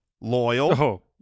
loyal